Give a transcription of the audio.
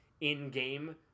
in-game